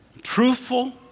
truthful